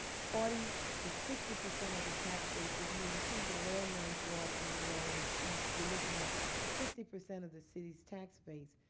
forty percent to sixty percent of the tax base if you include the lower ninth ward and new orleans east, you're looking at sixty percent of the city's tax base.